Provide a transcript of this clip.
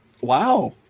Wow